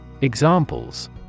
Examples